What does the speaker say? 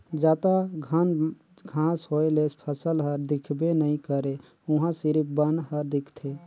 जादा घन घांस होए ले फसल हर दिखबे नइ करे उहां सिरिफ बन हर दिखथे